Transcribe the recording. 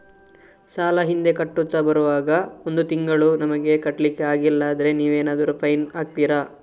ಸಾಲ ಹಿಂದೆ ಕಟ್ಟುತ್ತಾ ಬರುವಾಗ ಒಂದು ತಿಂಗಳು ನಮಗೆ ಕಟ್ಲಿಕ್ಕೆ ಅಗ್ಲಿಲ್ಲಾದ್ರೆ ನೀವೇನಾದರೂ ಫೈನ್ ಹಾಕ್ತೀರಾ?